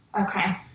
Okay